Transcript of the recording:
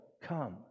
come